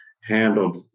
handled